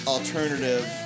Alternative